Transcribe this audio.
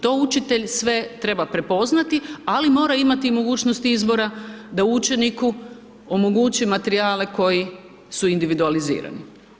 To učitelj sve treba prepoznati, ali mora imati i mogućnost izbora da učeniku omogući materijale koji su individualizirani.